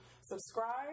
subscribe